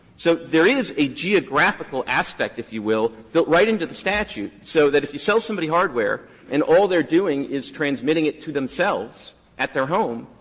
so there is a geographical aspect, if you will, built right into the statute so that if you sell somebody hardware and all they're doing is transmitting it to themselves at their home,